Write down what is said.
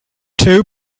two